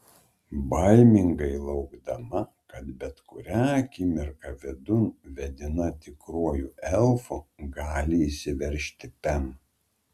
baimingai laukdama kad bet kurią akimirką vidun vedina tikruoju elfu gali įsiveržti pem